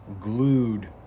glued